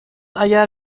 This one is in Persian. اگر